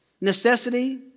necessity